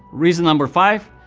reason number five,